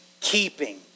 keeping